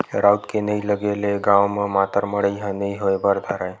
राउत के नइ लगे ले गाँव म मातर मड़ई ह नइ होय बर धरय